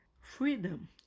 Freedom